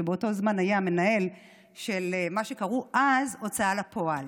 שבאותו זמן היה המנהל של מה שקראו אז ההוצאה לפועל.